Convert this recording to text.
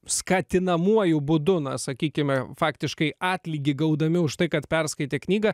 skatinamuoju būdu na sakykime faktiškai atlygį gaudami už tai kad perskaitė knygą